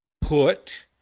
put